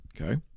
Okay